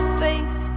face